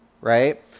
right